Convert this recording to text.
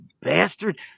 bastard